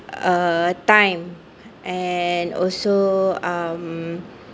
uh time and also um